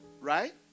Right